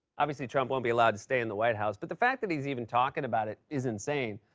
obviously, trump won't be allowed to stay in the white house, but the fact that he's even talking about it is insane.